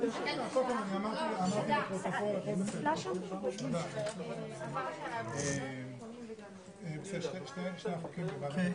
15:55.